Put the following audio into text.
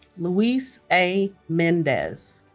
luis a. mendez